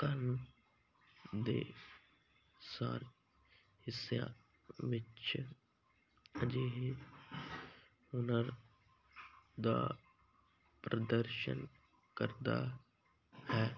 ਉਪਕਰਣ ਦੇ ਸਾਰੇ ਹਿੱਸਿਆਂ ਵਿੱਚ ਅਜਿਹੇ ਹੁਨਰ ਦਾ ਪ੍ਰਦਰਸ਼ਨ ਕਰਦਾ ਹੈ